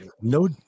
No